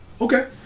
Okay